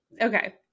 Okay